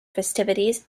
festivities